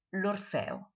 l'Orfeo